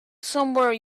somewhere